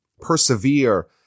persevere